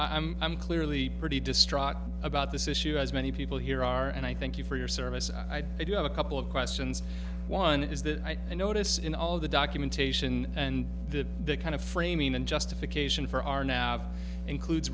i'm i'm clearly pretty distraught about this issue as many people here are and i thank you for your service i do have a couple of questions one is that i notice in all the documentation and the the kind of framing and justification for our now have includes